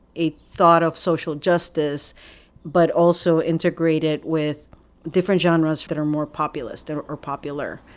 a thought of social justice but also integrate it with different genres that are more populist or or popular.